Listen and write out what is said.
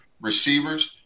receivers